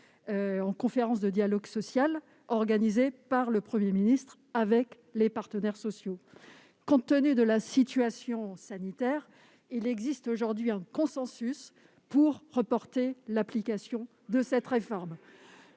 la conférence du dialogue social organisée par le Premier ministre avec les partenaires sociaux. Compte tenu de la situation sanitaire, il existe aujourd'hui un consensus pour reporter l'application de cette réforme.